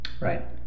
Right